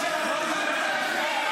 נתקבל.